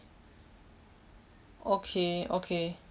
okay okay